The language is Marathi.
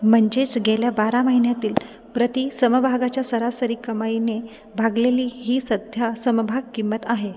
म्हणजेच गेल्या बारा महिन्यांतील प्रति समभागाच्या सरासरी कमाईने भागलेली ही सध्या समभाग किंमत आहे